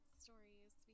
stories